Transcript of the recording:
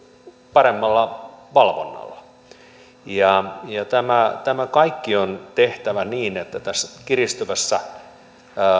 paremmalla valvonnalla tämä tämä kaikki on tehtävä niin että tässä kiristyvässä